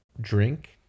drink